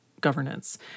governance